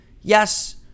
Yes